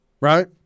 right